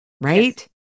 right